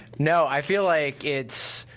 no, i feel like it's,